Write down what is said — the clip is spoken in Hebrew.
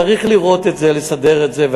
צריך לראות את זה, לסדר את זה.